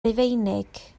rufeinig